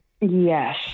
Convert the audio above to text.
Yes